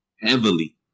heavily